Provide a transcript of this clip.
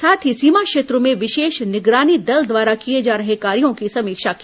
साथ ही सीमा क्षेत्रों में विशेष निगरानी दल द्वारा किए जा रहे कार्यों की समीक्षा की